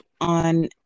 on